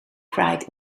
pride